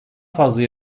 fazla